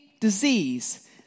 disease